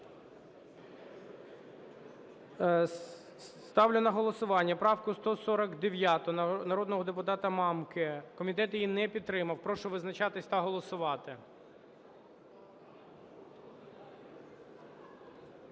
Ставлю на голосування правку 149 народного депутата Мамки. Комітет її підтримав. Прошу визначатися та голосувати.